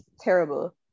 terrible